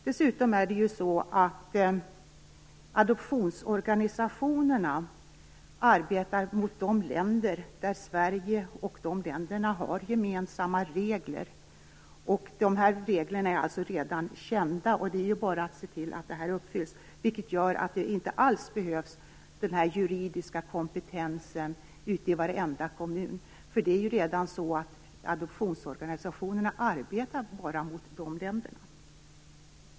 Dels kommer adoptionsorganisationerna att arbeta mot länder som har gemensamma regler med Sverige. Reglerna är alltså redan kända, och det gäller bara att se till att de uppfylls. Därför behövs inte alls den juridiska kompetensen i varje kommun, då adoptionsorganisationerna redan arbetar bara mot de länderna.